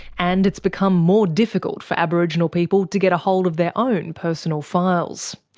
and it's become more difficult for aboriginal people to get a hold of their own personal files.